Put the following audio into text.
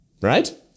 Right